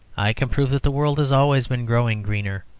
i can prove that the world has always been growing greener.